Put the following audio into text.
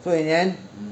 so in the end